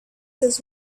his